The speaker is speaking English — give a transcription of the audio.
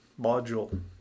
module